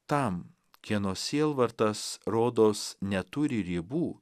tam kieno sielvartas rodos neturi ribų